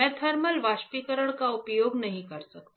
मैं थर्मल वाष्पीकरण का उपयोग नहीं कर सकता